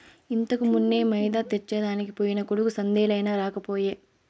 ఇంతకుమున్నే మైదా తెచ్చెదనికి పోయిన కొడుకు సందేలయినా రాకపోయే